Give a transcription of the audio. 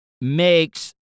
makes